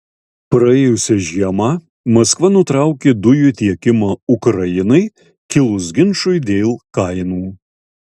praėjusią žiemą maskva nutraukė dujų tiekimą ukrainai kilus ginčui dėl kainų